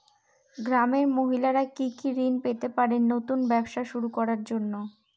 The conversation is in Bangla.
গ্রামের মহিলারা কি কি ঋণ পেতে পারেন নতুন ব্যবসা শুরু করার জন্য?